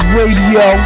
Radio